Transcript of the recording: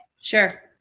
sure